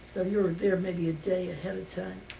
you were there maybe a day ahead of time.